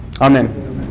Amen